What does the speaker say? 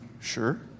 sure